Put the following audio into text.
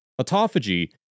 Autophagy